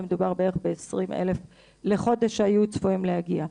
מדובר על בערך 20,000 בחודש שהיו צפויים להגיע.